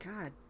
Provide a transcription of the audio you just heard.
God